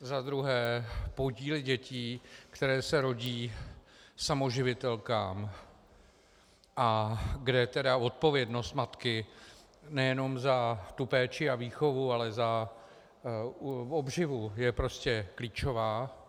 Za druhé, podíl dětí, které se rodí samoživitelkám a kde odpovědnost matky nejenom za péči a výchovu, ale za obživu, je prostě klíčová.